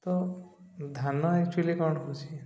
ତ ଧାନ ଆକ୍ଚୁଆଲି କ'ଣ ହେଉଛି